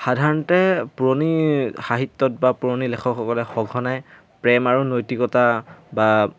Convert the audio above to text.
সাধাৰণতে পুৰণি সাহিত্যত বা পুৰণি লেখকসকলে সঘনাই প্ৰেম আৰু নৈতিকতা বা